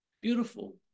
beautiful